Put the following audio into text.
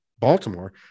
baltimore